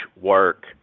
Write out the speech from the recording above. work